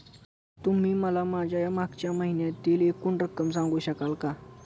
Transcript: तुम्ही मला माझ्या मागच्या महिन्यातील एकूण रक्कम सांगू शकाल का?